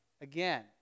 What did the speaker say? again